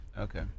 Okay